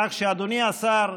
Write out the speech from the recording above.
כך שאדוני השר,